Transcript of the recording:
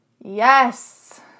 Yes